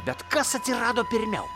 bet kas atsirado pirmiau